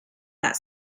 that